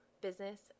business